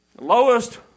Lowest